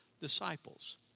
disciples